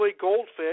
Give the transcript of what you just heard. goldfish